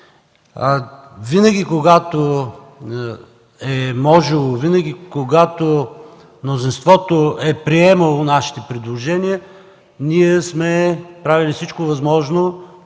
Винаги когато е можело, винаги когато мнозинството е приемало нашите предложения, ние сме правили всичко възможно